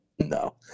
No